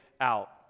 out